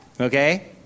Okay